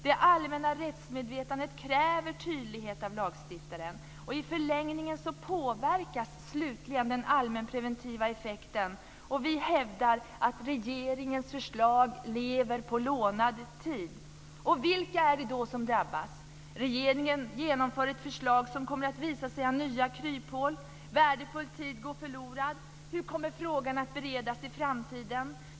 Det allmänna rättsmedvetandet kräver tydlighet av lagstiftaren. I förlängningen påverkas slutligen den allmänpreventiva effekten. Vi hävdar att regeringens förslag lever på lånad tid. Och vilka är det då som drabbas? Regeringen genomför ett förslag som kommer att visa sig ha nya kryphål. Värdefull tid går förlorad. Hur kommer frågan att beredas i framtiden?